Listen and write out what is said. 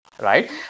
right